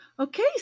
Okay